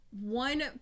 One